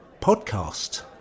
podcast